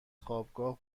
خوابگاه